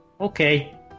Okay